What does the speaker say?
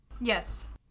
Yes